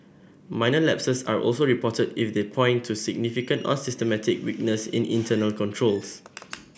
minor lapses are also reported if they point to significant or systemic weaknesses in internal controls